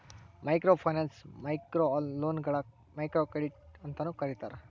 microfinance ಮೈಕ್ರೋಲೋನ್ಗಳ microcredit ಅಂತೂ ಕರೇತಾರ